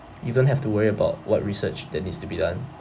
you don't have to worry about what research that needs to be done